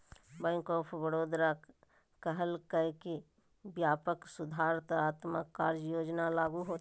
bank of Baroda कहलकय कि व्यापक सुधारात्मक कार्य योजना लागू होतय